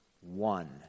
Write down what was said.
one